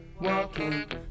walking